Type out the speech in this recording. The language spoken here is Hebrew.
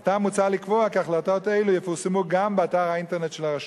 עתה מוצע לקבוע כי החלטות אלה יפורסמו גם באתר האינטרנט של הרשות.